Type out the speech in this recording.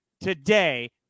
today